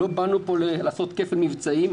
לא באנו פה לעשות כפל מבצעים,